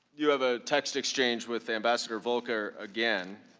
you have a text exchange with ambassador volker again.